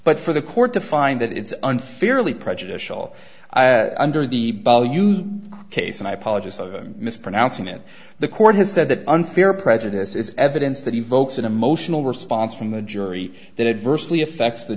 but for the court to find that it's unfairly prejudicial under the bus case and i apologise of i'm mispronouncing it the court has said that unfair prejudice is evidence that evokes an emotional response from the jury that adversely affects the